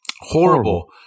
Horrible